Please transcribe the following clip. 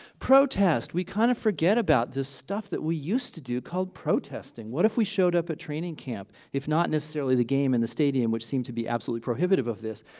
protest, we kind of forget about the stuff that we used to do called protesting. what if we showed up at training camp, if not necessarily the game in the stadium, which seemed to be absolutely prohibitive of this?